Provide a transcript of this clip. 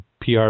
PR